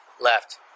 Left